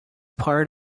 part